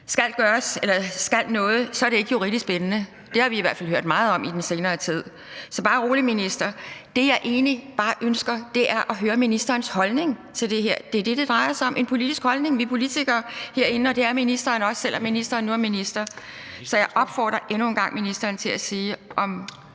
skal gøres, er det ikke juridisk bindende. Det har vi i hvert fald hørt meget om i den senere tid. Så bare rolig, minister. Det, jeg egentlig bare ønsker, er at høre ministerens holdning til det her. Det er det, det drejer sig om. Det er en politisk holdning. Vi er politikere herinde, og det er ministeren også, selv om ministeren nu er minister. Så jeg opfordrer endnu en gang ministeren til at svare på